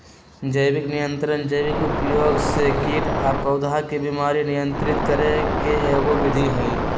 जैविक नियंत्रण जैविक उपयोग से कीट आ पौधा के बीमारी नियंत्रित करे के एगो विधि हई